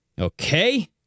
Okay